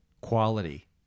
quality